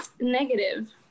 negative